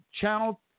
Channel